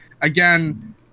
again